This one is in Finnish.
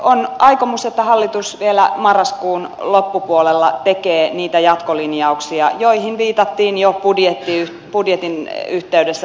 on aikomus että hallitus vielä marraskuun loppupuolella tekee niitä jatkolin jauksia joihin viitattiin jo budjetin yhteydessä rakenneohjelmassakin